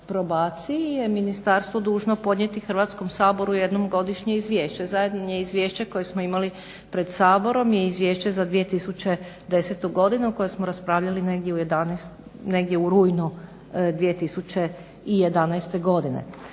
probaciji je Ministarstvo dužno podnijeti Hrvatskom saboru jednom godišnje izvješće. Zadnje izvješće koje smo imali pred Saborom je izvješće za 2010. o kojem smo raspravljali negdje u rujnu 2011.godine.